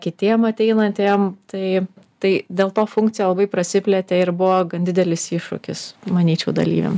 kitiem ateinantiem tai tai dėl to funkcija labai prasiplėtė ir buvo gan didelis iššūkis manyčiau dalyviam